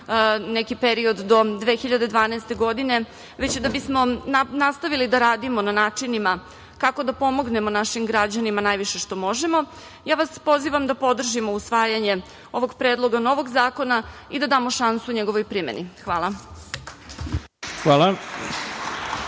neki period do 2012. godine, već da bismo nastavili da radimo na načinima kako da pomognemo našim građanima najviše što molimo, ja vas pozivam da podržimo usvajanje ovog Predloga novog zakona i da damo šansu njegovoj primeni. Hvala. **Ivica